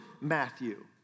Matthew